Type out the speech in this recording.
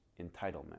entitlement